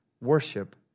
Worship